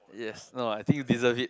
yes no I think you deserve it